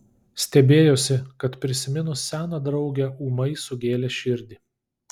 stebėjosi kad prisiminus seną draugę ūmai sugėlė širdį